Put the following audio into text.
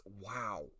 wow